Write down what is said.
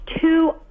two